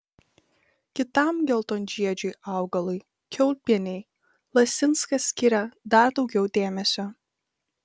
kitam geltonžiedžiui augalui kiaulpienei lasinskas skiria dar daugiau dėmesio